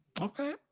Okay